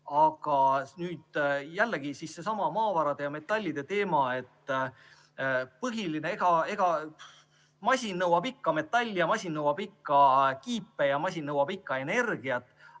Aga nüüd jällegi seesama maavarade ja metallide teema. Põhiline on, et masin nõuab ikka metalli ja masin nõuab ikka kiipe ja masin nõuab ikka energiat,